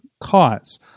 cause